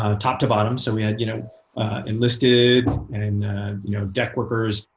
and top to bottom. so we had you know enlisteds, and and you know deck workers,